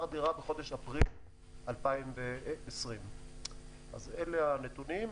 הדירה בחודש אפריל 2020. אז אלה הנתונים.